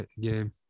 game